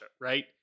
right